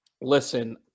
Listen